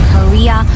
Korea